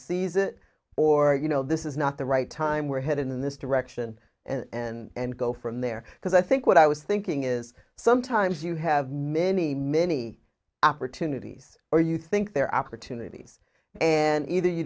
it or you know this is not the right time we're headed in this direction and go from there because i think what i was thinking is sometimes you have many many opportunities or you think their opportunities and either you